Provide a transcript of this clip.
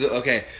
okay